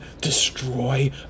destroy